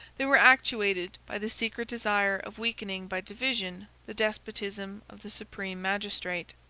they were actuated by the secret desire of weakening by division the despotism of the supreme magistrate.